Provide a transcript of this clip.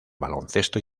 baloncesto